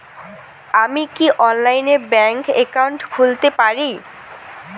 আমি কি অনলাইনে ব্যাংক একাউন্ট খুলতে পারি?